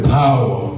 power